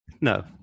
No